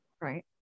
Right